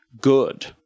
good